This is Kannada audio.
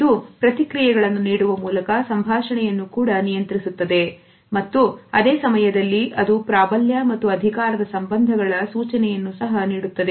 ಇದು ಪ್ರತಿಕ್ರಿಯೆಗಳನ್ನು ನೀಡುವ ಮೂಲಕ ಸಂಭಾಷಣೆಯನ್ನು ಕೂಡ ನಿಯಂತ್ರಿಸುತ್ತದೆ ಮತ್ತು ಅದೇ ಸಮಯದಲ್ಲಿ ಅದು ಪ್ರಾಬಲ್ಯ ಮತ್ತು ಅಧಿಕಾರದ ಸಂಬಂಧಗಳ ಸೂಚನೆಯನ್ನು ಸಹ ನೀಡುತ್ತದೆ